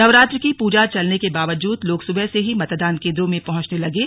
नवरात्र की पूजा चलने के बावजूद लोग सुबह से ही मतदान केंद्रों में पहुंचने लगे